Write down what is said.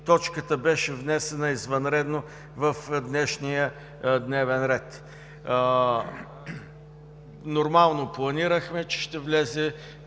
точката беше внесена извънредно в днешния дневен ред. Нормално планирахме, че ще влезе